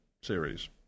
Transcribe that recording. series